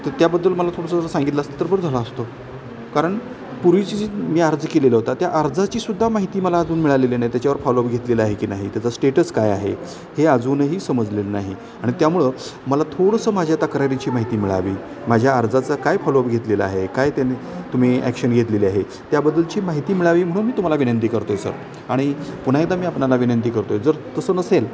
तर त्याबद्दल मला थोडंसं जर सांगितलं असलं तर बरं झालं असत कारण पूर्वीची जी मी अर्ज केलेला होता त्या अर्जाचीसुद्धा माहिती मला अजून मिळालेली नाही त्याच्यावर फॉलोअप घेतलेला आहे की नाही त्याचा स्टेटस काय आहे हे अजूनही समजलेलं नाही आणि त्यामुळं मला थोडंसं माझ्या तक्रारीची माहिती मिळावी माझ्या अर्जाचा काय फॉलोअप घेतलेला आहे काय त्याने तुम्ही ॲक्शन घेतलेली आहे त्याबद्दलची माहिती मिळावी म्हणून मी तुम्हाला विनंती करतोय सर आणि पुन्ह्यांदा मी आपल्याला विनंती करतोय जर तसं नसेल